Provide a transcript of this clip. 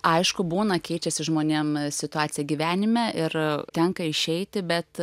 aišku būna keičiasi žmonėm situacija gyvenime ir tenka išeiti bet